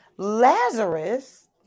Lazarus